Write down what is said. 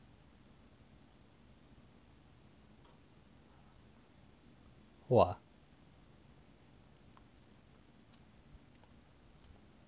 !wah!